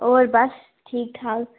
होर बस ठीक ठाक